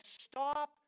stop